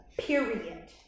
Period